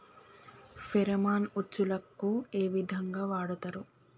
Pheromone ఉచ్చులకు ఏ విధంగా వాడుతరు?